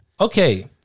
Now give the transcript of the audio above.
Okay